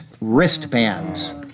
wristbands